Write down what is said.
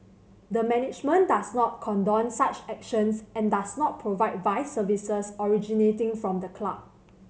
the management does not condone such actions and does not provide vice services originating from the club